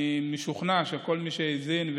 אני משוכנע שכל מי שהאזין,